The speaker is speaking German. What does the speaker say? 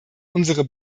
unsere